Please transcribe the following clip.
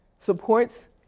Supports